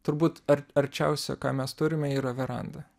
turbūt ar arčiausia ką mes turime yra veranda